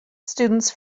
students